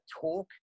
talk